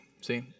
See